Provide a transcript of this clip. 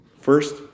First